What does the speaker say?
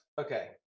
Okay